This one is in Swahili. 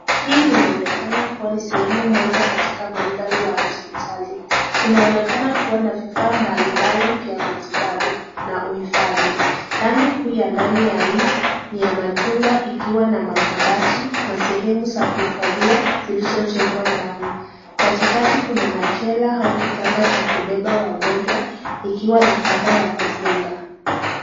Hii linaonekana kuwa ni sehemu Moja katika mandhari ya hospitali inaonekana kuwa na vifaa mbalimbali vya matibabu na uhifadhi, rangi kuu ya ndani ya hii ni ya machungwa ikiwa na makabati na sehemu za kuhifadhia zilizovhengwa ndani katikati Kuna machela au kitanda cha kupepa wagonjwa ikiwa na kwamba ya kufunga